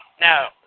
No